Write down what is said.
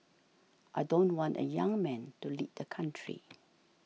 I don't want a young man to lead the country